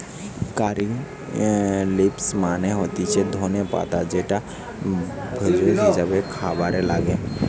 কারী leaves মানে হতিছে ধনে পাতা যেটা ভেষজ হিসেবে খাবারে লাগে